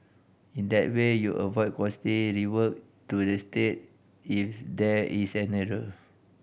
in that way you avoid costly rework to the state if there is an error